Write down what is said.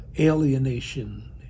alienation